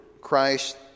Christ